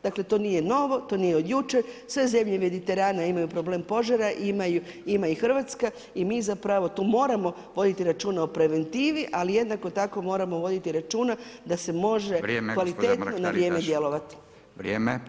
Dakle to nije novo, to nije od jučer, sve zemlje Mediterana imaju problem požara ima i Hrvatska i mi tu moramo voditi računa o preventivi, ali jednako tako moramo voditi računa da se može kvalitetno i na vrijeme djelovati.